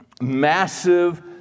massive